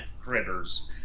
critters